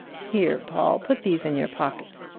here, paul put these in your pocket!